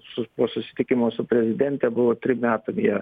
su po susitikimo su prezidente buvo trim metam jie